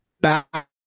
back